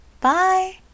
Bye